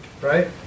Right